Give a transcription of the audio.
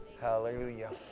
Hallelujah